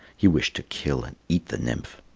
he wished to kill and eat the nymph.